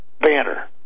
banner